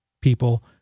people